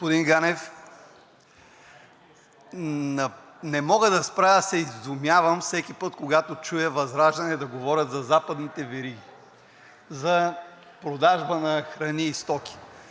Господин Ганев, не мога да се спра да се изумявам всеки път, когато чуя ВЪЗРАЖДАНЕ да говорят за западните вериги за продажба на храни и стоки.